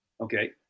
Okay